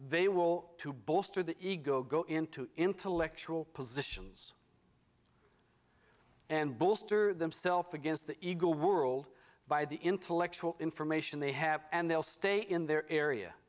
they will to bolster the ego go into intellectual positions and bolster themself against the ego world by the intellectual information they have and they'll stay in their area